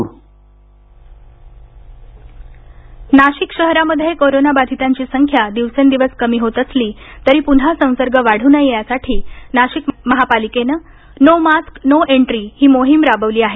no mask no entry Nashik Nashik शहरामध्ये corona बधितांची संख्या दिवसेंदिवस कमी होत असली तरी पुन्हा संसर्ग वाढू नये यासाठी नाशिक महापालिका नो मास्क नो एन्ट्री ही मोहीम राबवणार आहे